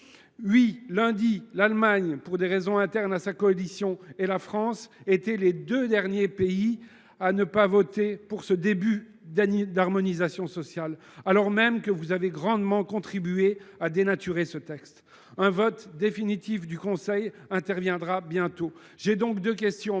Oui, lundi dernier, l’Allemagne, pour des raisons internes à sa coalition, et la France étaient les deux derniers pays à ne pas voter pour ce début d’harmonisation sociale, alors même que vous avez grandement contribué à dénaturer ce texte ! Un vote définitif du Conseil interviendra bientôt. J’ai donc deux questions,